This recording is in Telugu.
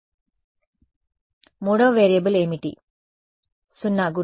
విద్యార్థి అప్పుడు అది మూడు వేరియబుల్ రైట్ అవుతుంది